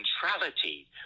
centrality